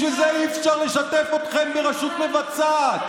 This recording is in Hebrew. בשביל זה אי-אפשר לשתף אתכם ברשות המבצעת.